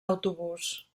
autobús